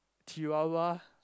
Chihuahua